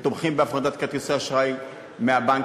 ותומכים בהפרדת כרטיסי אשראי מהבנקים,